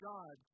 God